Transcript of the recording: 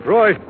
Roy